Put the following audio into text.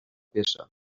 peça